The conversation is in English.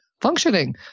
functioning